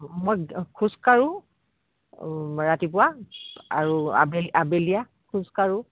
মই খোজকাঢ়ো ৰাতিপুৱা আৰু আবেলি আবেলিও খোজকাঢ়ো